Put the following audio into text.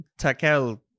Takel